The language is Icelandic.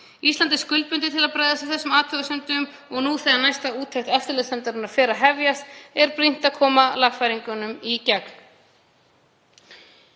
Ísland er skuldbundið til að bregðast við þessum athugasemdum og nú þegar næsta úttekt eftirlitsnefndarinnar fer að hefjast er brýnt að koma lagfæringunum í gegn.